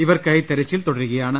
ഇവർക്കായി തെരച്ചിൽ തുട രുകയാണ്